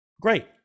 great